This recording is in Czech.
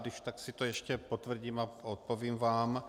Když tak si to ještě potvrdím a odpovím vám.